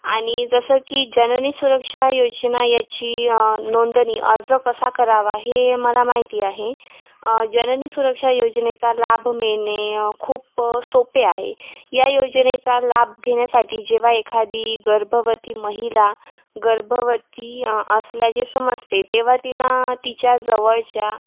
आणि जसं की जननी सुरक्षा योजना याची नोंदणी अर्ज कसा करावा हे मला माहिती आहे जननी सुरक्षा योजनेचा लाभ मिळणे खूप सोपे आहे या योजनेचा लाभ घेण्यासाठी जेव्हा एखादी गर्भवती महिला गर्भवती असल्याचे समजते तेव्हा तिला तिच्या जवळच्या